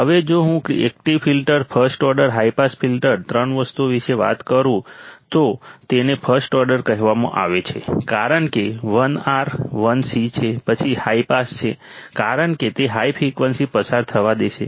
હવે જો હું active filter first order high pass filter 3 વસ્તુઓ વિશે વાત કરું તો તેને ફર્સ્ટ ઓર્ડર કહેવામાં આવે છે કારણ કે 1 R 1 C છે પછી હાઈ પાસ છે કારણ કે તે હાઈ ફ્રિકવન્સી પસાર થવા દેશે